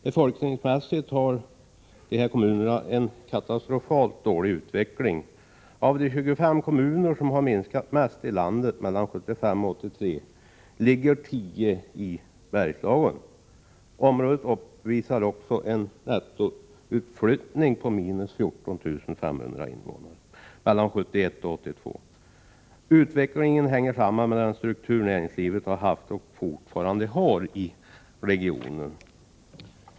Befolkningsmässigt har dessa kommuner en katastrofalt dålig utveckling. Av de 25 kommuner som befolkningsmässigt har minskat mest i landet under åren 1975-1983 ligger 10 i Bergslagen. Området visar också en nettoutflyttning på 14 500 invånare mellan åren 1971 och 1982. Utvecklingen hänger samman med den struktur näringslivet har haft och fortfarande har i regionen.